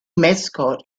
mascot